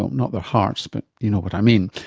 not their hearts, but you know what i mean.